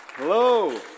Hello